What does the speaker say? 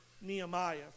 Nehemiah